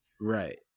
Right